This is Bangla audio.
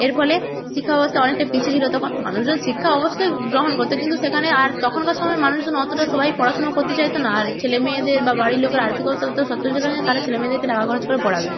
এর ফলে শিক্ষা ব্যবস্থা অনেকটা পিছিয়ে ছিল তখন মানুষজন শিক্ষা অবশ্যই গ্রহণ করত কিন্তু সেখানে আর তখনকার সময়ে মানুষজন অতটা সবাই পড়াশুনো করতে চাইত না আর ছেলে মেয়েদের বা বাড়ির লোকের আর্থিক অবস্থা সচ্ছল ছিল না যে তারা ছেলে মেয়েদের টাকা খরচ করে পড়াবে